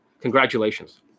Congratulations